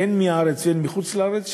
הן מהארץ והן מחוץ-לארץ,